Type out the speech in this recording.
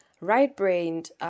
right-brained